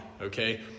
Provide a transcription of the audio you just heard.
okay